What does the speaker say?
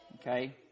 okay